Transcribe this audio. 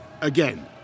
again